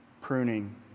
Pruning